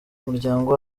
muryango